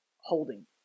Holding